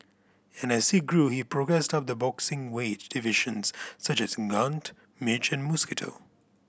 and as he grew he progressed up the boxing weight divisions such as gnat midge and mosquito